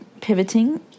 pivoting